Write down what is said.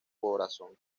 corazón